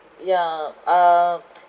yeah uh